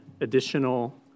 additional